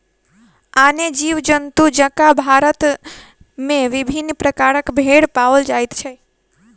आने जीव जन्तु जकाँ भारत मे विविध प्रकारक भेंड़ पाओल जाइत छै